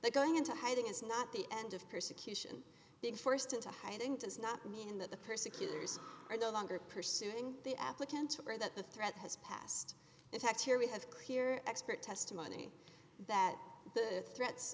that going into hiding is not the end of persecution being forced into hiding does not mean that the persecutors are no longer pursuing the applicant or that the threat has passed in fact here we have clear expert testimony that the threats